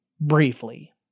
briefly